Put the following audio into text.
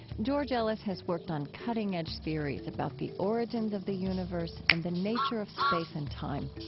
george ellis has worked on cutting-edge theories about the origins of the universe and the nature of space and time.